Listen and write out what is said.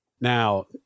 Now